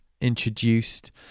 introduced